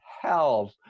health